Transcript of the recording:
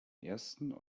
ersten